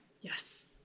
Yes